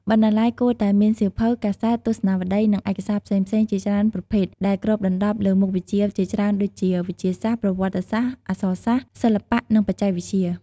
បណ្ណាល័យគួរតែមានសៀវភៅ កាសែត ទស្សនាវដ្តី និងឯកសារផ្សេងៗជាច្រើនប្រភេទ ដែលគ្របដណ្តប់លើមុខវិជ្ជាជាច្រើនដូចជា វិទ្យាសាស្ត្រ ប្រវត្តិសាស្ត្រ អក្សរសាស្ត្រ សិល្បៈ និងបច្ចេកវិទ្យា។